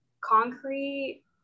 concrete